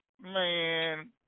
man